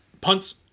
Punts